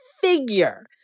figure